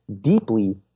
deeply